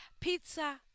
pizza